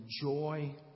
joy